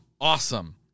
awesome